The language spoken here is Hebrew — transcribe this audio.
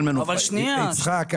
יצחק,